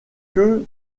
que